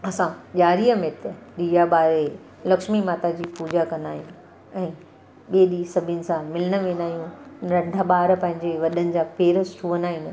असां ॾियारी में त ॾीया ॿारे लक्ष्मी माता जी पूॼा कंदायूं ऐं ॿिए ॾींहुं सभिनि सां मिलणु वेंदायूं नंढा ॿार पंहिंजे वॾनि जा पेर छुअण वेंदा आहिनि